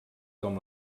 com